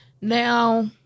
Now